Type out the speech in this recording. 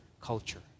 culture